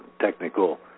technical